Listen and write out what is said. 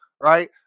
right